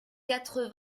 quatre